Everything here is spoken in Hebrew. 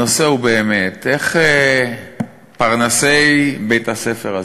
הנושא הוא באמת איך פרנסי בית-הספר הזה,